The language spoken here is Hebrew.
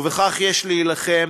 ובכך יש להילחם,